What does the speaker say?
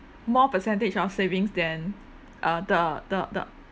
more percentage of savings then uh the the the